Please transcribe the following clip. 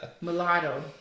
Mulatto